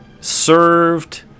served